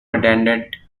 attended